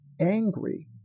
angry